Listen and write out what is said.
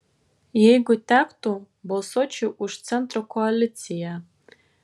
jeigu tektų balsuočiau už centro koaliciją